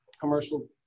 commercial